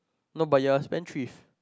no but you're spendthrift